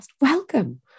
Welcome